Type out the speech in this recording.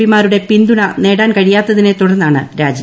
പിമാരുടെ പിന്തുണ നേടാൻ കഴിയാത്തതിനെ തുടർന്നാണ് രാജി